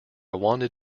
wanted